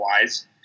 wise